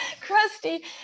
crusty